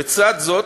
לצד זאת,